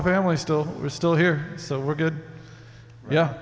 the family still we're still here so we're good yeah